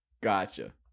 Gotcha